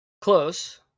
Close